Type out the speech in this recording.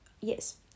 Yes